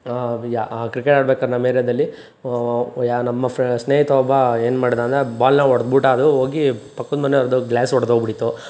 ಯಾ cricket ಆಡ್ಬೇಕಾರೆ ನಮ್ಮ ಏರಿಯಾದಲ್ಲಿ ಯಾ ನಮ್ಮ ಫ ಸ್ನೇಹಿತ ಒಬ್ಬ ಏನು ಮಾಡಿದ ಅಂದರೆ ಆ ಬಾಲ್ನ ಹೊಡ್ದ್ ಬಿಟ್ಟ ಅದು ಹೋಗಿ ಪಕ್ಕದ ಮನೆಯವರ್ದು ಗ್ಲಾಸ್ ಒಡೆದೋಗ್ಬಿಟ್ಟಿತ್ತು